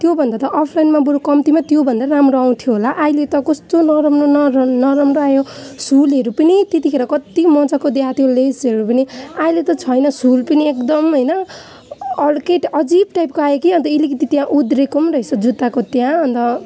त्योभन्दा त अफलाइनमा बरु कम्तीमा त्योभन्दा राम्रो आउँथ्यो होला आहिले त कस्तो नराम्रो न नराम्रो आयो सुलहरू पनि त्यतिखेर कत्ति मजाको देखाएको थियो लेसहरू पनि आहिले त छैन सुल पनि एकदम होइन अर्कै अजिब टाइपको आयो कि अन्त अलिकति त्यहाँ उध्रिएको पनि रहेछ जुत्ताको त्यहाँ अन्त